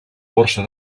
borsa